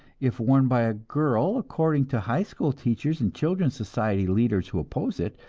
if worn by a girl, according to high school teachers and children's society leaders who oppose it,